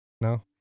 No